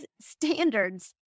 standards